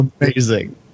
amazing